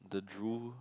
the drool